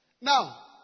Now